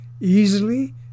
easily